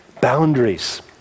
boundaries